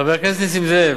חבר הכנסת נסים זאב,